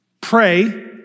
Pray